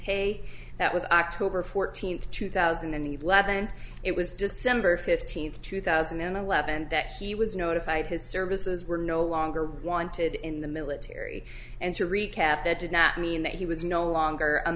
pay that was october fourteenth two thousand and eleven and it was december fifteenth two thousand and eleven that he was notified his services were no longer wanted in the military and to recap that did not mean that he was no longer a